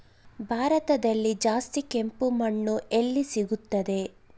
ಭಾರತದಲ್ಲಿ ಜಾಸ್ತಿ ಕೆಂಪು ಮಣ್ಣು ಎಲ್ಲಿ ಸಿಗುತ್ತದೆ?